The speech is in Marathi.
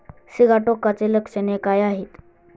सिगाटोकाची लक्षणे काय आहेत?